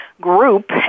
group